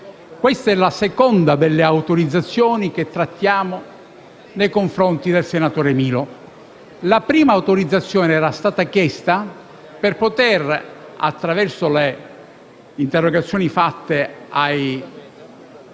Questa è la seconda delle autorizzazioni che trattiamo nei confronti del senatore Milo. La prima era stata chiesta per poter provare, attraverso le interrogazioni rivolte